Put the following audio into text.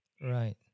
Right